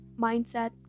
mindset